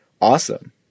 awesome